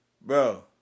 Bro